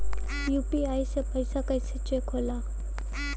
UPI से पैसा कैसे चेक होला?